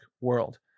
world